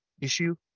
Issue